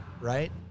right